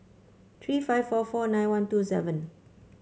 three five four four nine one two seven